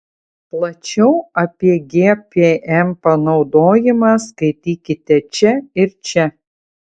plačiau apie gpm panaudojimą skaitykite čia ir čia